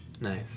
Nice